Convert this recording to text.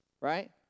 right